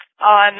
on